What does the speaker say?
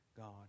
god